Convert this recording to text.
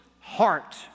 heart